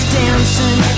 dancing